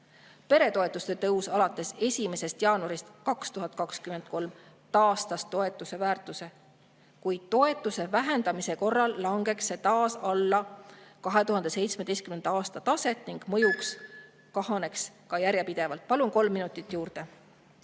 Peretoetuste tõus alates 1. jaanuarist 2023 taastas toetuse väärtuse. Kuid toetuse vähendamise korral langeks see taas alla 2017. aasta taset ning mõju kahaneks ka järjepidevalt. Palun kolm minutit juurde.